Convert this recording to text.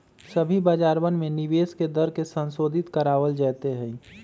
सभी बाजारवन में निवेश के दर के संशोधित करावल जयते हई